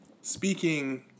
speaking